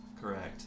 Correct